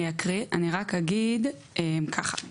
אני אקריא, אני רק אגיד כך.